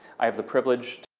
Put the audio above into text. i have the privilege